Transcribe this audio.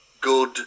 good